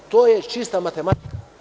To je čista matematika.